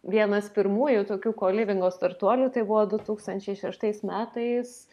vienas pirmųjų tokių kolivingo startuolių tai buvo du tūkstančiai šeštais metais